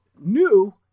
new